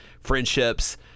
friendships